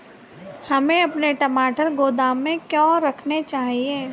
हमें अपने टमाटर गोदाम में क्यों रखने चाहिए?